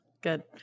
good